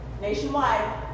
nationwide